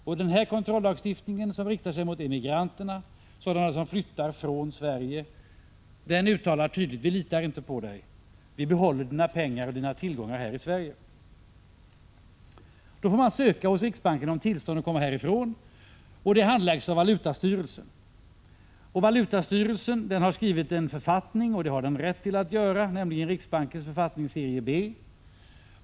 I den här kontrollagstiftningen, som riktar sig mot personer som vill flytta från Sverige, uttalas tydligt: Vi litar inte på er. Vi behåller era pengar och tillgångar här i Sverige. Då får vederbörande söka hos riksbanken om tillstånd att komma härifrån. Ärendet handläggs av valutastyrelsen. Valutastyrelsen har skrivit en författning, och det har den rätt att göra, nämligen riksbankens författningsserie B.